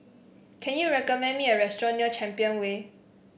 can you recommend me a restaurant near Champion Way